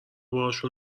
باهاشون